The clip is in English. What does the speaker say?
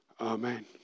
Amen